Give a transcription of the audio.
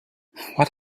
what